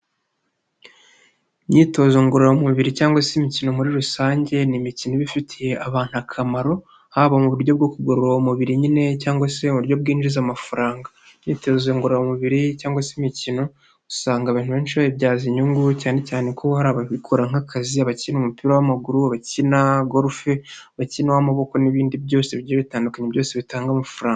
Imyitozo ngororamubiri cyangwa se imikino muri rusange ni imikino iba ifitiye abantu akamaro, haba mu buryo bwo kugororura uwo umubiri nyine cyangwa se mu buryo bwinjiza amafaranga, imyitozo ngororamubiri cyangwa se imikino, usanga abantu benshi bayibyaza inyungu cyane cyane ko hari ababikora nk'akazi, abakina umupira w'amaguru, abakina golufe, abakina uw'amaboko n'ibindi byose bigiye bitandukanye byose bitanga amafaranga.